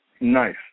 Nice